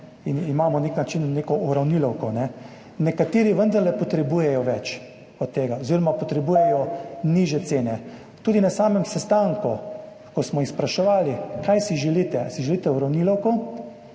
in imamo na nek način neko uravnilovko. Nekateri vendarle potrebujejo več od tega oziroma potrebujejo nižje cene. Tudi na samem sestanku, ko smo jih spraševali, kaj si želite, ali si želite uravnilovko